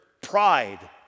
pride